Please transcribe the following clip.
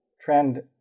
trend